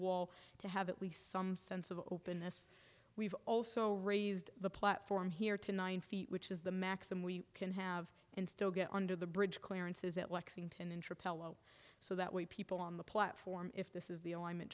wall to have at least some sense of openness we've also raised the platform here to nine feet which is the maximum we can have and still get under the bridge clearances at lexington and trip so that way people on the platform if this is the